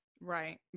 Right